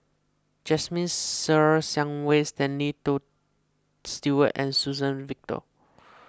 Jasmine Ser Xiang Wei Stanley Stewart and Suzann Victor